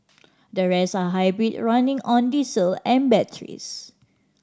the rest are hybrid running on diesel and batteries